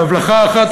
בהבלחה אחת,